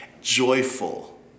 joyful